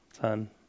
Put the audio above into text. son